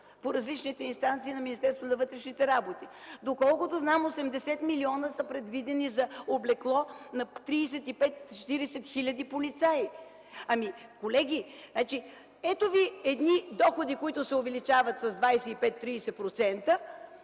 по различните инстанции на Министерството на вътрешните работи. Доколкото знам 80 милиона са предвидени за облекло на 35-40 хиляди полицаи. Колеги, ето ви едни доходи, които се увеличават с 25-30%,